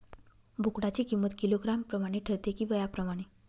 बोकडाची किंमत किलोग्रॅम प्रमाणे ठरते कि वयाप्रमाणे?